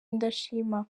indashima